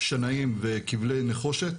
שנאים וכבלי נחושת